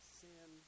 sin